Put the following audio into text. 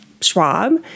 Schwab